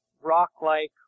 rock-like